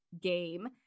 game